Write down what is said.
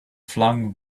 flung